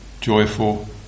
joyful